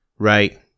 Right